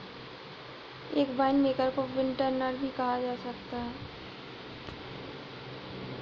एक वाइनमेकर को विंटनर भी कहा जा सकता है